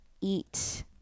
eat